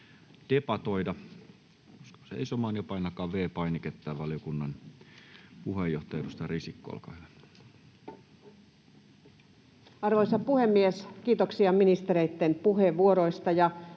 Arvoisa puhemies! Kiitoksia ministereitten puheenvuoroista.